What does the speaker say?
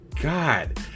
God